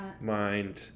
mind